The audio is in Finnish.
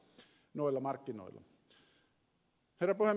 herra puhemies